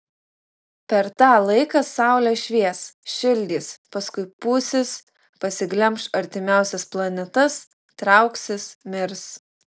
per tą laiką saulė švies šildys paskui pūsis pasiglemš artimiausias planetas trauksis mirs